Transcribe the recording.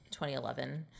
2011